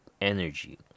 energy